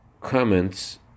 comments